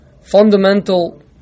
fundamental